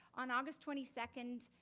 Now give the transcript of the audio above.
on august twenty second,